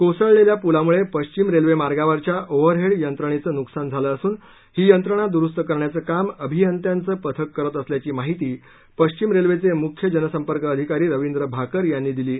कोसळलेल्या पुलामुळे पश्चिम रेल्वेमार्गावरच्या ओव्हरहेड यंत्रणेचं नुकसान झालं असून ही यंत्रणा दुरुस्त करण्याचं काम अभियंत्यांचं पथक करत असल्याची माहिती पश्चिम रेल्वेचे मुख्य जनसंपर्क अधिकारी रविंद्र भाकर यांनी दिली आहे